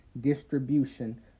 distribution